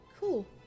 cool